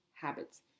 habits